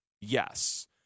yes